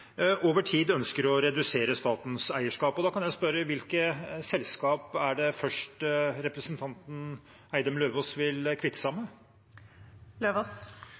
over tid ønsker å redusere statens eierskap. Og da kan jeg jo spørre: Hvilke selskap er det representanten Eidem Løvaas først vil kvitte